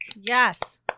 Yes